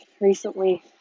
recently